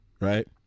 right